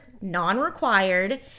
non-required